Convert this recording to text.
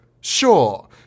sure